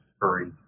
hurry